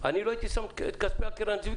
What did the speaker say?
אני לא הייתי שם את כספי על קרן הצבי,